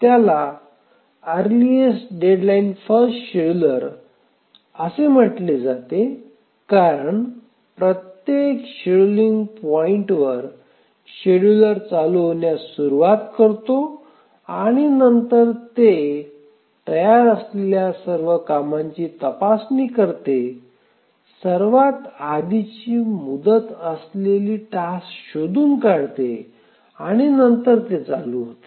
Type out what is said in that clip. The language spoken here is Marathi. त्याला अर्लीस्ट डेडलाईन फर्स्ट शेड्युलर असे म्हटले जाते कारण प्रत्येक शेड्यूलिंग पॉईंटवर शेड्यूलर चालू होण्यास सुरवात करतो आणि नंतर ते तयार असलेल्या सर्व कामांची तपासणी करते सर्वात आधीची मुदत असलेली टास्क शोधून काढते आणि नंतर ते चालू होते